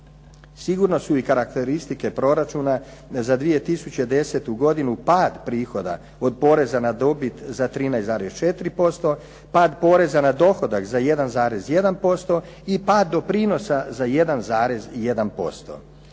Sigurno su i karakteristike proračuna za 2010. godinu pad prihoda od poreza na dobit za 13,4%, pad poreza na dohodak za 1,1% i pad doprinosa za 1,1%.